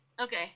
Okay